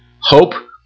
hope